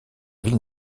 ville